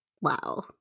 Wow